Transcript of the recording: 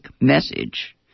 message